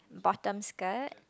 bottom skirt